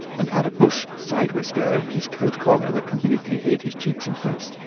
and had a bush side-whisker over his coat-collar that completely hid his cheeks and face.